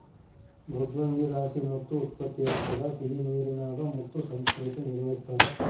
ಮೃದ್ವಂಗಿಲಾಸಿ ಮುತ್ತು ಉತ್ಪತ್ತಿಯಾಗ್ತದ ಸಿಹಿನೀರಿನಾಗ ಮುತ್ತು ಸಂಸ್ಕೃತಿ ನಿರ್ವಹಿಸ್ತಾರ